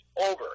over